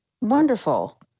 Wonderful